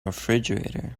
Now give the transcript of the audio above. refrigerator